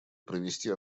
провести